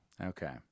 Okay